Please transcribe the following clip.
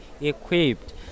equipped